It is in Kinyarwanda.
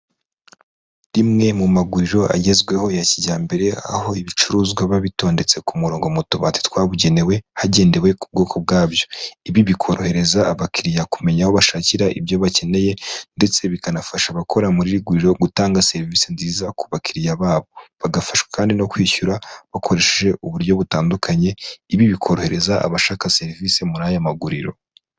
Rimwe mu maguriro agezweho ya kijyambere aho ibicuruzwa bitondetse ku murongo mu tubati twabugenewe, hagendewe ku bwoko bwabyo. Ibi bikorohereza abakiriya kumenya aho bashakira ibyo bakeneye ndetse bikanafasha abakora muri iri guriro gutanga serivisi nziza ku bakiriya babo. Bagafashwa kandi no kwishyura bakoresheje uburyo butandukanye ibi bikorohereza abashaka serivisi muri aya maguriro.